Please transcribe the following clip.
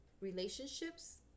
Relationships